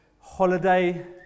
holiday